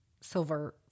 silver